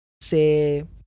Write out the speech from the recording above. say